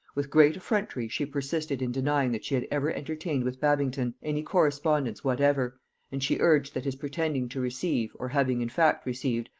with great effrontery she persisted in denying that she had ever entertained with babington any correspondence whatever and she urged that his pretending to receive, or having in fact received,